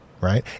Right